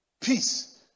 peace